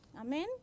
Amen